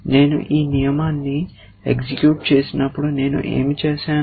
నేను ఈ నియమాన్ని ఎగ్జిక్యూట చేసినప్పుడు నేను ఏమి చేసాను